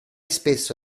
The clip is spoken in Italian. spesso